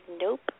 nope